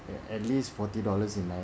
at least forty dollars in my